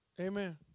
Amen